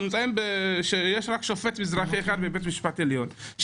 יש רק שופט מזרחי אחד בבית המשפט העליון.